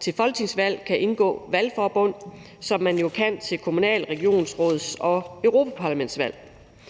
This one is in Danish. til folketingsvalg kan indgå valgforbund, som man jo kan til kommunal-, regionsråds- og europaparlamentsvalg.